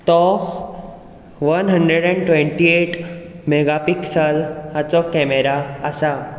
तो one hundred and twenty eight mega pixel हाचो camera आसा